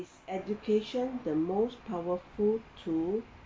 is education the most powerful tool